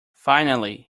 finally